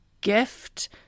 gift